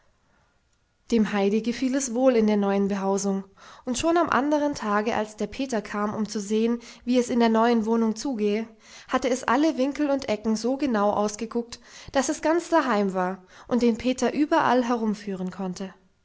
dem heidi gefiel es wohl in der neuen behausung und schon am anderen tage als der peter kam um zu sehen wie es in der neuen wohnung zugehe hatte es alle winkel und ecken so genau ausgeguckt daß es ganz daheim war und den peter überall herumführen konnte